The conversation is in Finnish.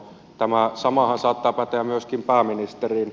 tämä samahan saattaa päteä myöskin pääministeriin